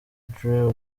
dread